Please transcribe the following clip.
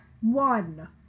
one